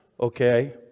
okay